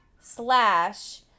slash